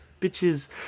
bitches